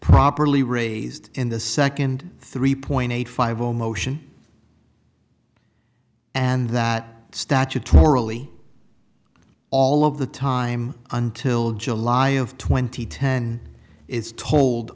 properly raised in the second three point eight five zero motion and that statutorily all of the time until july of twenty ten is told